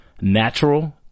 Natural